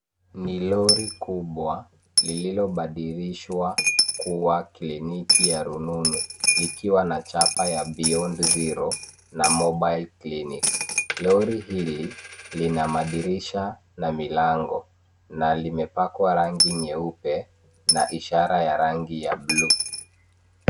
Ni lori kubwa, lililobadilishwa kuwa kliniki ya rununu, likiwa na chapa ya beyond zero na mobile clinic. Lori hili lina madirisha na milango na limepakwa rangi nyeupe, na ishara ya rangi ya blue .